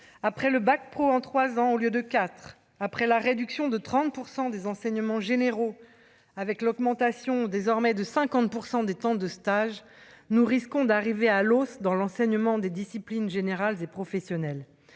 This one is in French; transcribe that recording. après le bac pro en 3 ans au lieu de 4 après la réduction de 30 % des enseignements généraux, avec l'augmentation désormais de 50 pour 100 des temps de stage, nous risquons d'arriver à l'os dans l'enseignement des disciplines générales et professionnelles,